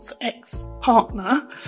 ex-partner